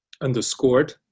underscored